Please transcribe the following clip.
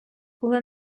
були